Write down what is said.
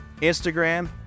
Instagram